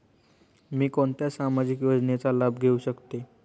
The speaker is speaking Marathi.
मी कोणत्या सामाजिक योजनेचा लाभ घेऊ शकते?